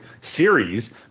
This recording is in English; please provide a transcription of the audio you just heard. series